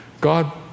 God